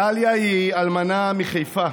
דליה היא אלמנה מחיפה,